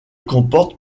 comporte